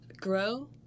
grow